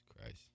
Christ